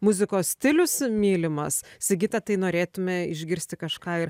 muzikos stilius mylimas sigita tai norėtume išgirsti kažką ir